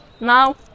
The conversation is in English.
now